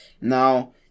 now